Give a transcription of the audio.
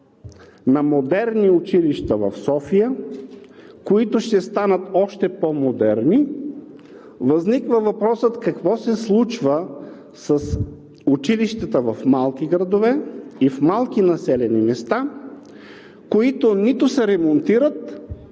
на модерни училища в София, които ще станат още по-модерни, възниква въпросът: какво се случва с училищата в малки градове и в малки населени места, които нито се ремонтират,